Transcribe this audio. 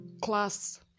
class